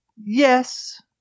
yes